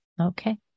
Okay